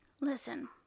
Listen